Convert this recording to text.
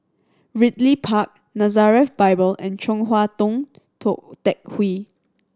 Ridley Park Nazareth Bible and Chong Hua Tong Tou Teck Hwee